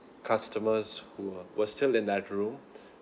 customers who were were still in that room